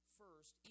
first